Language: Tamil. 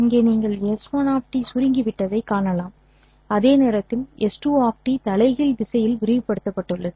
இங்கே நீங்கள் s1 சுருங்கிவிட்டதைக் காணலாம் அதே நேரத்தில் s2 தலைகீழ் திசையில் விரிவுபடுத்தப்பட்டுள்ளது